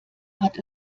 hat